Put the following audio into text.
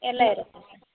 ಎಲ್ಲ ಇರುತ್ತೆ